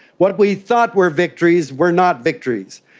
what we thought were victories were not victories.